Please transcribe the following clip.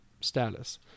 status